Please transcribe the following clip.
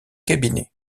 cabinets